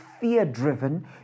fear-driven